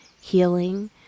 healing